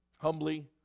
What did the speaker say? humbly